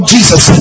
Jesus